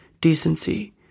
decency